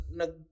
nag